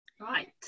right